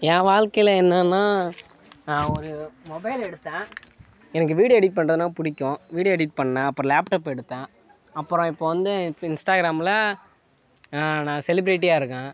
என் வாழ்க்கையில் என்னன்னா ஒரு மொபைல் எடுத்தேன் எனக்கு வீடியோ எடிட் பண்ணுறதுன்னா பிடிக்கும் வீடியோ எடிட் பண்ணேன் அப்புறம் லேப்டாப் எடுத்தேன் அப்புறம் இப்போ வந்து இன்ஸ்டாகிராமில் நா செலிபிரிட்டியாக இருக்கேன்